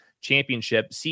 championship